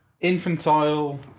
infantile